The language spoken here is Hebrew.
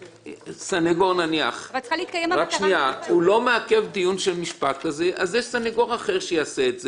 סניגור לא מעכב דיון במשפט ויש סניגור אחר שיעשה את זה.